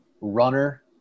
runner